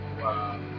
Wow